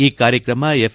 ಈ ಕಾರ್ಯಕ್ರಮ ಎಫ್